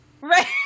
Right